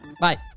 Bye